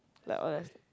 like honest